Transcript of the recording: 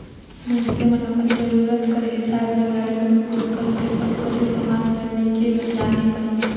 मइनसे मन अपन जरूरत कर हिसाब ले गाड़ी कर उपियोग करथे कोनो कती समान ल लेइजे लाने बर